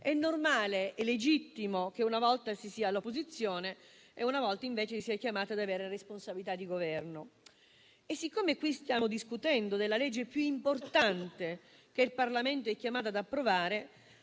è normale e legittimo che una volta si sia all'opposizione e una volta invece si sia chiamati ad avere responsabilità di Governo. Siccome qui stiamo discutendo della legge più importante che il Parlamento è chiamato ad approvare,